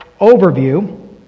overview